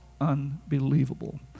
unbelievable